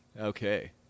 Okay